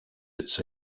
its